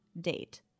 date